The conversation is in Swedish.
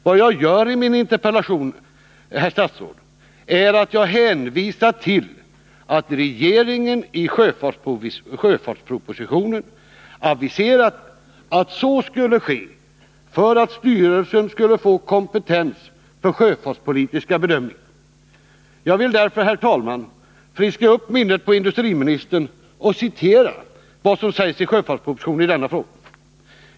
Vad jag gör i min interpellation, herr statsråd, är att jag hänvisar till att regeringen i sjöfartspropositionen har aviserat att så skulle ske för att styrelsen skulle få kompetens för sin sjöfartspolitiska bedömning: Jag vill därför, herr talman, friska upp minnet på industriministern genom att citera vad som sägs i sjöfartspropositionen i denna fråga.